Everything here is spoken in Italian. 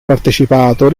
partecipato